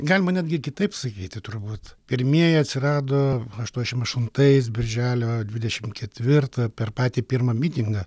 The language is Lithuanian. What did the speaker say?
galima netgi kitaip sakyti turbūt pirmieji atsirado aštuoniašim aštuntais birželio dvidešim ketvirtą per patį pirmą mitingą